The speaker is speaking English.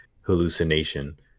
hallucination